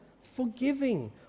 forgiving